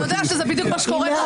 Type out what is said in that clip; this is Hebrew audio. אתה יודע שזה בדיוק מה שקורה פה.